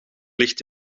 ligt